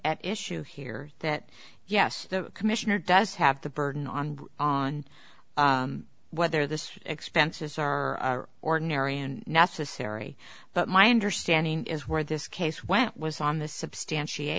an issue here that yes the commissioner does have the burden on on whether the expenses are ordinary and necessary but my understanding is where this case went was on the substantiat